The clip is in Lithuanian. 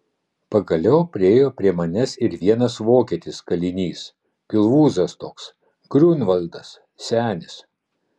pagaliau priėjo prie manęs ir vienas vokietis kalinys pilvūzas toks griunvaldas senis